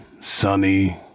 sunny